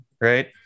right